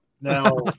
Now